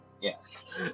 Yes